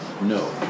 No